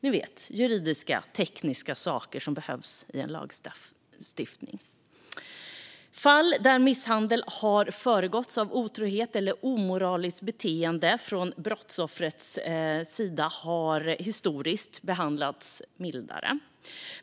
Ni vet, juridisk-tekniska saker som behövs vid lagstiftning. Fall där misshandel har föregåtts av otrohet eller omoraliskt beteende från brottsoffrets sida har även historiskt sett behandlats mildare.